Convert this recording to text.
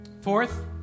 Fourth